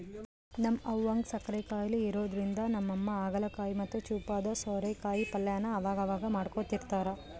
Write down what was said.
ನಮ್ ಅವ್ವುಗ್ ಸಕ್ಕರೆ ಖಾಯಿಲೆ ಇರೋದ್ರಿಂದ ನಮ್ಮಮ್ಮ ಹಾಗಲಕಾಯಿ ಮತ್ತೆ ಚೂಪಾದ ಸ್ವಾರೆಕಾಯಿ ಪಲ್ಯನ ಅವಗವಾಗ ಮಾಡ್ಕೊಡ್ತಿರ್ತಾರ